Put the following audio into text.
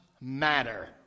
matter